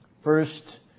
First